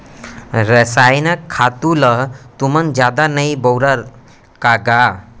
रसायनिक खातू ल तुमन जादा नइ बउरा का गा?